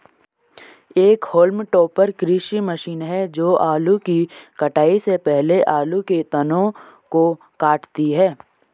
एक haulm topper कृषि machine है जो आलू की कटाई से पहले आलू के तनों को काटती है